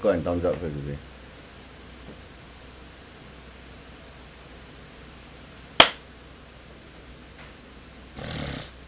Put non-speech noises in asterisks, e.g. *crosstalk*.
*noise*